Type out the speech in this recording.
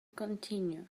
continue